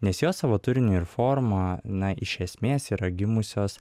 nes jos savo turiniu ir forma na iš esmės yra gimusios